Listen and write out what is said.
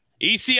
EC